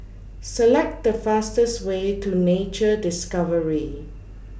Select The fastest Way to Nature Discovery